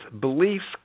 beliefs